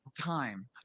Time